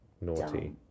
Naughty